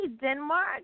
Denmark